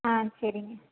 ஆ சரிங்க